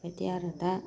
बिदि आरो दा